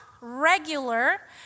regular